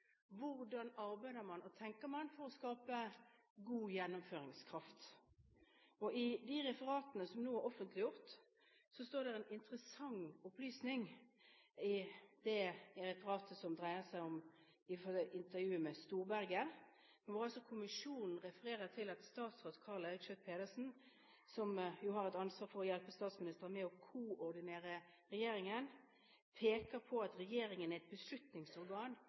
Hvordan arbeider man og tenker man for å skape god gjennomføringskraft? I de referatene som nå er offentliggjort, står det en interessant opplysning – i intervjuet med Knut Storberget – hvor kommisjonen refererer til at statsråd Karl Eirik Schjøtt-Pedersen, som har et ansvar for å hjelpe statsministeren med å koordinere regjeringen, peker på at regjeringen er et beslutningsorgan